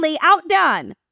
outdone